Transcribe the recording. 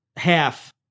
Half